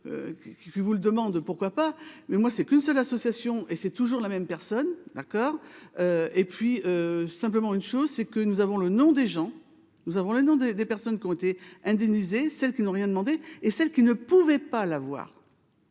fait vous le demande, pourquoi pas, mais moi c'est qu'une seule association et c'est toujours la même personne d'accord et puis simplement une chose, c'est que nous avons le nom des gens, nous avons les noms des des personnes qui ont été indemnisées celles qui n'ont rien demandé et celles qui ne pouvait pas l'avoir.